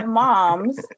moms